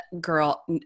girl